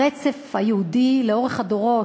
הרצף היהודי לאורך הדורות,